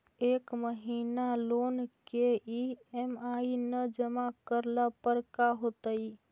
एक महिना लोन के ई.एम.आई न जमा करला पर का होतइ?